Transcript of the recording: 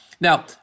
Now